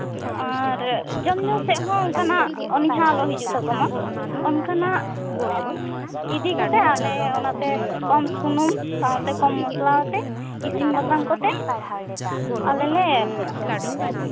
ᱟᱨ ᱡᱚᱢ ᱧᱩ ᱥᱮᱜ ᱥᱮᱜ ᱦᱚᱸ ᱚᱱᱤᱦᱟ ᱟᱞᱚ ᱦᱤᱡᱩᱜ ᱛᱟᱠᱚ ᱢᱟ ᱚᱱᱠᱟᱱᱟᱜ ᱤᱫᱤ ᱠᱟᱛᱮᱜ ᱟᱞᱮ ᱠᱚᱢ ᱥᱩᱱᱩᱢ ᱥᱟᱶᱛᱮ ᱠᱚᱢ ᱢᱚᱥᱞᱟ ᱟᱛᱮᱜ ᱤᱥᱤᱱ ᱵᱟᱥᱟᱝ ᱠᱟᱛᱮᱜ ᱟᱞᱮ ᱞᱮ